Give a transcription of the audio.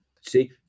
See